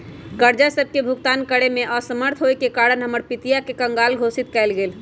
कर्जा सभके भुगतान करेमे असमर्थ होयेके कारण हमर पितिया के कँगाल घोषित कएल गेल